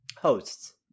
hosts